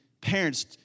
parents